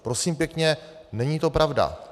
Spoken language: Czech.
Prosím pěkně, není to pravda.